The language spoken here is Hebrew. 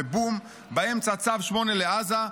ובום! באמצע צו 8 לעזה,